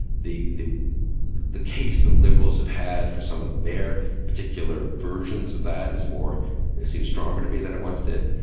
the the case that liberals have had for some of their particular versions of that is more seem stronger to me that it once did.